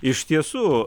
iš tiesų